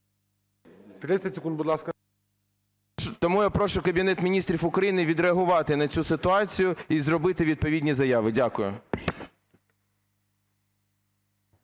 Тому я прошу Кабінет Міністрів України відреагувати на цю ситуацію і зробити відповідні заяви. Дякую.